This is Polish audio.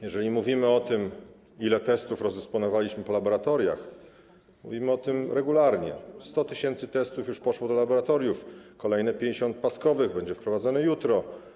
Jeżeli mówimy o tym, ile testów rozdysponowaliśmy po laboratoriach, mówimy o tym regularnie: 100 tys. testów już poszło do laboratoriów, kolejne 50 paskowych będzie wprowadzone jutro.